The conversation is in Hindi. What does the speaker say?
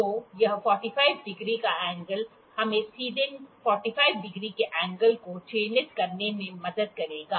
तो यह 45 डिग्री का एंगल हमें सीधे 45 डिग्री के एंगल को चिह्नित करने में मदद करेगा